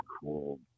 cool